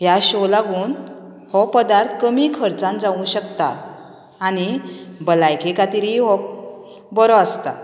ह्या शो लागून हो पदार्थ कमी खर्चांत जावूं शकता आनी भलायके खातीरीय हो बरो आसता